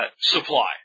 supply